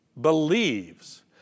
believes